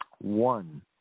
One